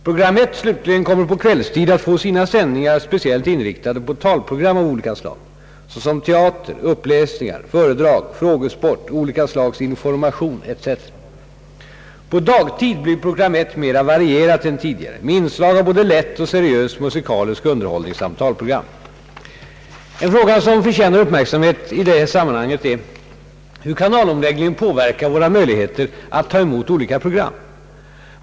Program 1 slutligen kommer på kvällstid att få sina sändningar speciellt inriktade på talprogram av olika slag, såsom teater, uppläsningar, föredrag, frågesport, olika slags information etc. På dagtid blir program 1 mera varierat än tidigare med inslag av både lätt och seriös musikalisk underhållning samt talprogram. En fråga, som förtjänar uppmärksamhet i detta sammanhang, är hur kanalomläggningen påverkar våra möjligheter att ta emot olika program.